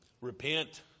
Repent